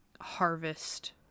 harvest